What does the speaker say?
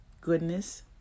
Goodness